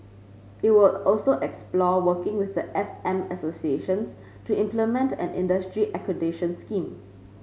it will also explore working with the F M associations to implement an industry accreditation scheme